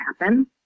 happen